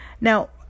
now